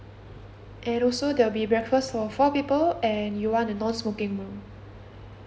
and also there'll be breakfast for four people and you want a non-smoking room